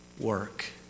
work